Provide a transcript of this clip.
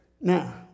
Now